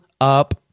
up